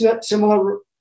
similar